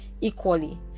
equally